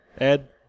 Ed